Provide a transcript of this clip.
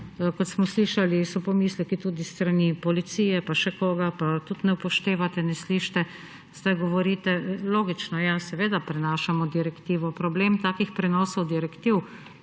Kot smo slišali, so pomisleki tudi s strani policije pa še koga, pa tudi ne upoštevate, ne slišite. Logično, ja, seveda prenašamo direktivo. Problem takih prenosov direktiv,